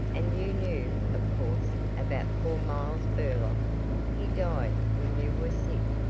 and you knew, of course, about poor miles burlock he died when you were sick,